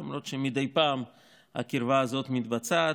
למרות שמדי פעם הקרבה הזאת מתבצעת,